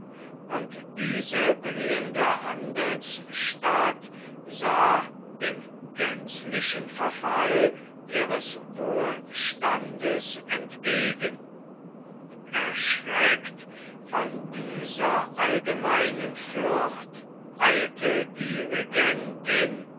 und diese blühende handelsstadt sah dem gänzlichen verfall ihres wohlstandes entgegen erschreckt von dieser allgemeinen flucht eilte die regentin